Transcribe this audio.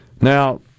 Now